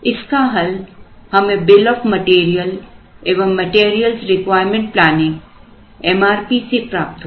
इसका हल हमें बिल ऑफ मटेरियल एवं मैटेरियल रिक्वायरमेंट प्लानिंग से प्राप्त होगा